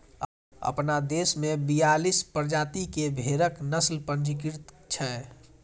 अपना देश मे बियालीस प्रजाति के भेड़क नस्ल पंजीकृत छै